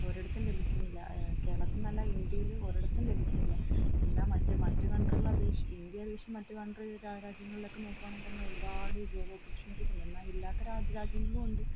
ഒരിടത്തും ലഭിക്കുന്നില്ല കേരളത്തിൽ എന്നല്ല ഇന്ത്യയിൽ ഒരിടത്തും ലഭിക്കുന്നില്ല എന്നാൽ മറ്റ് മറ്റ് കൺട്രികളെ അപേക്ഷിച്ച് ഇന്ത്യയെ അപേക്ഷിച്ച് മറ്റ് കൺട്രി രാജ്യങ്ങളിലൊക്കെ നോക്കുവാണെങ്കിൽ തന്നെ ഒരുപാട് ജോബ് ഓപ്പർച്യൂണിറ്റീസ് ഉണ്ട് എന്നാൽ ഇല്ലാത്ത രാജ്യ രാജ്യങ്ങളും ഉണ്ട്